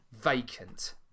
Vacant